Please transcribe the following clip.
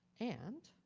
and,